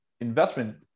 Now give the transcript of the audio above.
investment